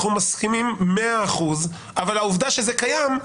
אנחנו מסכימים במאה אחוזים אבל העובדה היא שזה קיים.